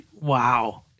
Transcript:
Wow